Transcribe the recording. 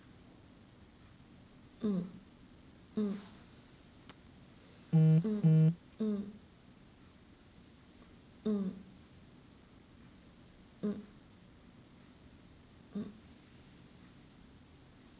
mm mm mm mm mm mm mm